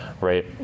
right